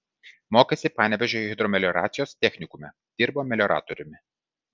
mokėsi panevėžio hidromelioracijos technikume dirbo melioratoriumi